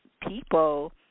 people